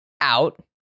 out